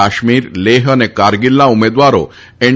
કાશ્મીર લેહ અને કારગીલના ઉમેદવારો એન